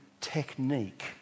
technique